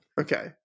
Okay